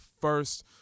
first –